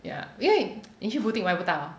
ya ya 因为你去 boutique 买不到